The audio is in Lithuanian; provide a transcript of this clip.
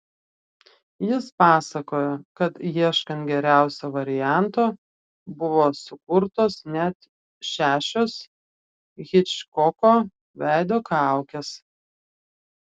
jis pasakojo kad ieškant geriausio varianto buvo sukurtos net šešios hičkoko veido kaukės